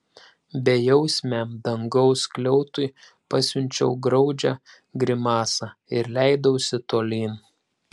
bejausmiam dangaus skliautui pasiunčiau graudžią grimasą ir leidausi tolyn